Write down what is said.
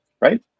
Right